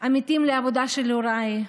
עמיתים לעבודה של הוריי,